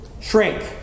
Shrink